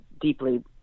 deeply